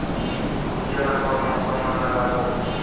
गुनजा ला कोन मौसम मा लगाबो?